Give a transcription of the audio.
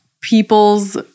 people's